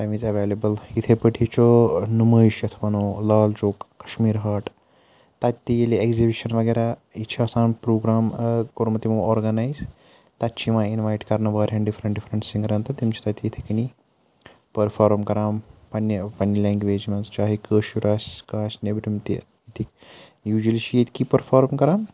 تَمہِ وِزِ اٮ۪وٮ۪لیبٕل یِتھَے پٲٹھی چھُ نُمٲیش یَتھ وَنو لال چوک کَشمیٖر ہاٹ تَتہِ تہِ ییٚلہِ اٮ۪گزِبِشَن وغیرہ یہِ چھِ آسان پرٛوگرام کوٚرمُت تِمو آرگَنایِز تَتہِ چھِ یِوان اِنوایِٹ کَرنہٕ واریاہَن ڈِفرنٛٹ ڈِفرنٛٹ سِنٛگرَن تہٕ تِم چھِ تَتہِ یِتھَے کٔنی پٔرفارم کَران پَنٛنہِ پنٛنہِ لینٛگویج منٛز چاہے کٲشُر آسہِ کانٛہہ آسہِ نیٚبرِم تہِ ییٚتِکۍ یوٗجؤلی چھِ ییٚتہِ کی پٔرفارم کَران